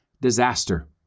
disaster